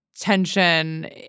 tension